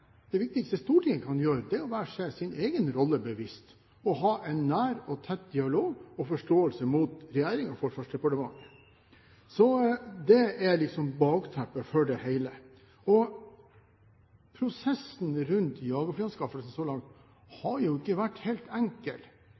viktigste Stortinget kan gjøre, er å være seg sin egen rolle bevisst og ha en nær og tett dialog og forståelse med regjering og forsvarsdepartement. Det er liksom bakteppet for det hele. Prosessen rundt jagerflyanskaffelse så langt har ikke vært helt enkel.